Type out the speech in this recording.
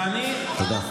עבר הזמן.